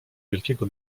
wielkiego